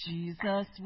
Jesus